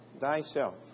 thyself